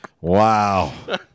Wow